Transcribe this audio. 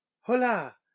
Hola